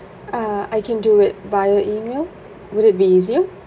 uh I can do it via E-mail would it be easier